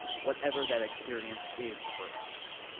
whatever that experience is for us.